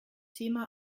thema